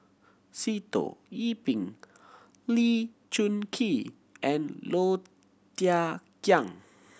Sitoh Yih Pin Lee Choon Kee and Low Thia Khiang